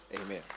Amen